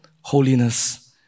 holiness